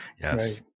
Yes